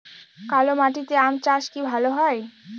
কালো মাটিতে আম চাষ কি ভালো হয়?